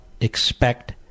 expect